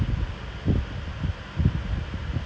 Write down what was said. like அவங்க:avanga they need somebody to transcribe lah